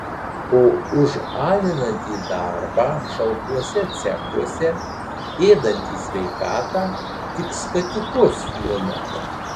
o už alinantį darbą šaltuose cechuose ėdantį sveikatą tik skatikus numeta